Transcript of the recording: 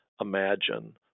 imagine